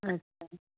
अच्छा